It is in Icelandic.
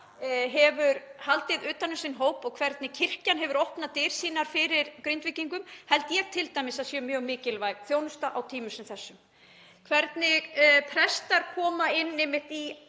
hefur haldið utan um sinn hóp og hvernig kirkjan hefur opnað dyr sínar fyrir Grindvíkingum held ég t.d. að sé mjög mikilvæg þjónusta á tímum sem þessum. Hvernig prestar koma að